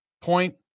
point